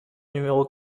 numéro